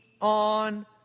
on